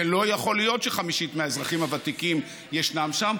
זה לא יכול להיות שחמישית מהאזרחים הוותיקים ישנם שם,